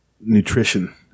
nutrition